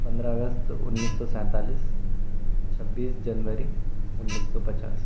पंद्रह अगस्त उन्नीस सौ सैंतालिस छब्बीस जनवरी उन्नीस सौ पचास